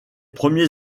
premiers